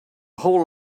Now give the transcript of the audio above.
whole